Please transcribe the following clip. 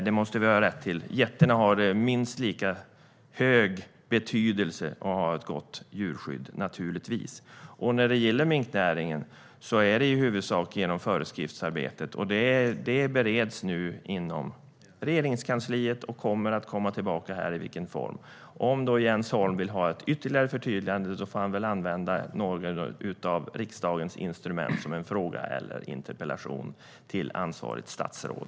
Getterna har naturligtvis ett minst lika stort behov av ett gott djurskydd. Minknäringen regleras i huvudsak genom föreskrifter. Ett sådant arbete bereds nu inom Regeringskansliet. Om Jens Holm vill ha ett ytterligare förtydligande får han väl använda sig av något av riksdagens instrument, alltså en fråga eller en interpellation till ansvarigt statsråd.